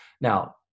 now